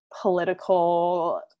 political